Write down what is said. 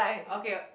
okay